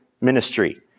ministry